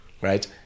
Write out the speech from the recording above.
right